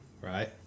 Right